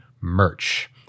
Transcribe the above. merch